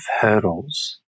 hurdles